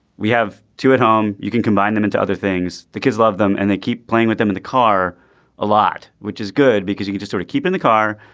we have two at home. you can combine them into other things. the kids love them and they keep playing with them in the car a lot which is good because you you just sort of keep in the car.